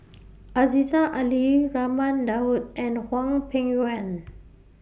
Aziza Ali Raman Daud and Hwang Peng Yuan